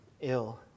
ill